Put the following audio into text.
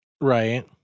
Right